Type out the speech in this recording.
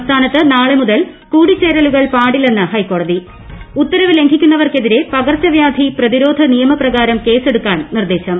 സംസ്ഥാനത്ത് നാളെ ്മുതൽ കൂടിച്ചേരലുകൾ ന് പാടില്ലെന്ന് ഷ്ട്രൈക്കോടതി ഉത്തരവ് ലംഘിക്കുന്നവർക്കെതിരെ പകർച്ചവ്യാധി പ്രതിരോധ നിയമപ്രകാരം കേസെടുക്കാൻ നിർദ്ദേശം